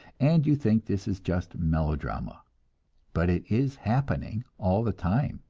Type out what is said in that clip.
and you think this is just melodrama but it is happening all the time.